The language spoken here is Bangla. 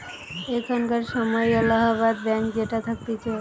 এখানকার সময় এলাহাবাদ ব্যাঙ্ক যেটা থাকতিছে